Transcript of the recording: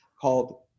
called